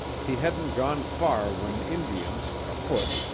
he hadn't gone far when indians, afoot,